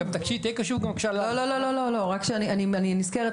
תהיה קשוב גם ל- -- לא, לא, אני נזכרת.